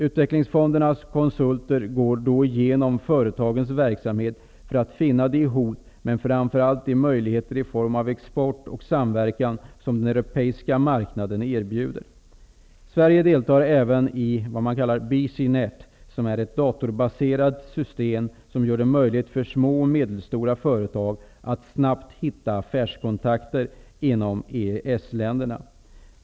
Utvecklingsfondernas konsulter går då igenom företagets verksamhet för att finna de hot men framför allt de möjligheter i form av export och samverkan som den europeiska marknaden erbjuder. Sverige deltar även i BC-NET, som är ett datorbaserat system som gör det möjligt för små och medelstora företag att snabbt hitta affärskontakter inom EES-länderna.